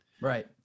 Right